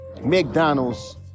McDonald's